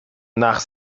nach